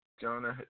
Jonah